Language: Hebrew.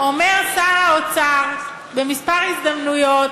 אומר שר האוצר בכמה הזדמנויות,